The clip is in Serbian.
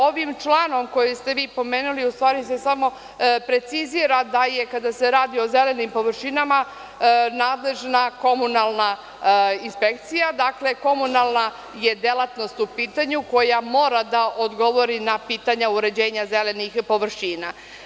Ovim članom koji ste vi pomenuli u stvari se samo precizira da je, kada se radi o zelenim površinama, nadležna komunalna inspekcija, dakle, komunalna je delatnost u pitanju, koja mora da odgovori na pitanja uređenja zelenih površina.